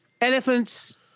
elephants